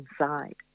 inside